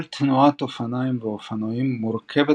כל תנועת אופניים ואופנועים מורכבת